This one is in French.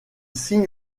signe